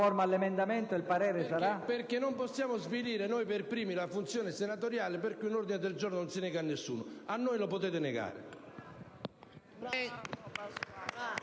non possiamo, noi per primi, svilire la funzione senatoriale per cui un ordine del giorno non si nega a nessuno. A noi lo potete negare!